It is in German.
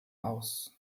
aus